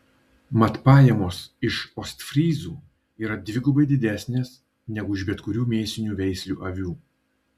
mat pajamos iš ostfryzų yra dvigubai didesnės negu iš bet kurių mėsinių veislių avių